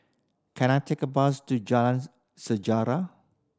can I take a bus to Jalan Sejarah